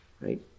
right